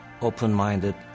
open-minded